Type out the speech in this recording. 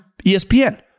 ESPN